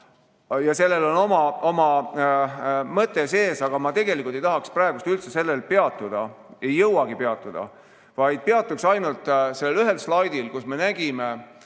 Sellel on oma mõte sees, aga ma ei tahaks praegu üldse sellel peatuda, ei jõuagi peatuda, vaid peatuks ainult sellel ühel slaidil, kust me nägime,